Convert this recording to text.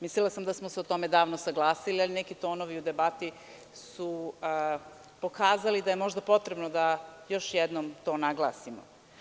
Mislila smo da smo se o tome davno saglasili, ali neki tonovi u debati su pokazali da je možda potrebno da još jednom to naglasimo.